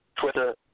Twitter